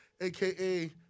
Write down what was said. aka